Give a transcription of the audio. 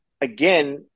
again